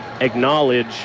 acknowledge